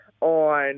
on